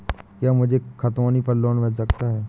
क्या मुझे खतौनी पर लोन मिल सकता है?